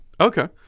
Okay